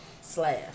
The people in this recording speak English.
slash